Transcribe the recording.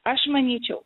aš manyčiau